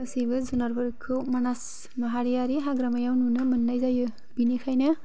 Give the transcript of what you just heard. गासैबो जुनारफोरखौ मानास माहारियारि हाग्रामायाव नुनो मोन्नाय जायो बेनिखायनो